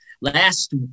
last